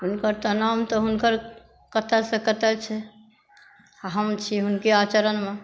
हुनकर तऽ नाम तऽ हुनकर कतयसॅं कतय छै हम छी हुनके आचरणमे